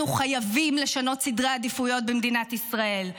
אנחנו חייבים לשנות סדרי עדיפויות במדינת ישראל,